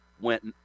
went